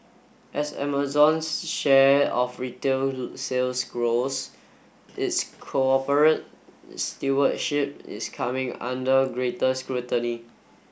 as Amazon's share of retail sales grows its corporate stewardship is coming under greater scrutiny